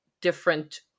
different